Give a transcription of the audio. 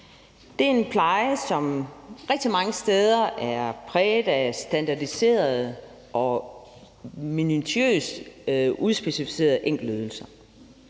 er en pleje, som rigtig mange steder er præget af standardiserede og minutiøst udspecificerede enkeltydelser.